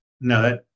No